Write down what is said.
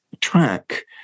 track